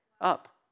up